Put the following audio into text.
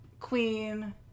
Queen